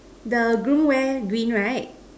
the groom wear green right